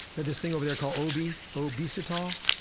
had this thing over there called obi, obisitol,